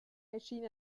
erschien